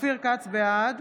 בעד